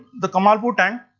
the kamalapur tank